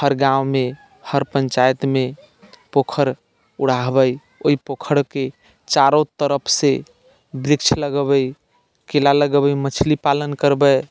हर गाममे हर पञ्चायतमे पोखरि उड़ाहबै ओहि पोखरिके चारू तरफसँ वृक्ष लगेबै केरा लगेबै मछली पालन करबै